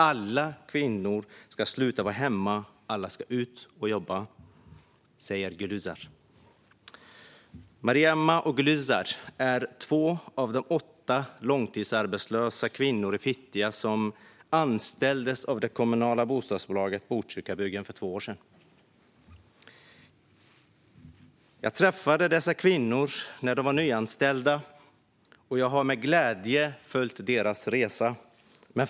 Alla kvinnor ska sluta vara hemma, alla ska ut och jobba", säger Gülüzar. Mariama och Gülüzar är två av de åtta långtidsarbetslösa kvinnor i Fittja som anställdes av det kommunala bostadsbolaget Botkyrkabyggen för två år sedan. Jag träffade dessa kvinnor när de var nyanställda, och jag har med glädje följt deras resa.